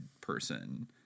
person